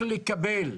לזה,